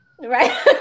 Right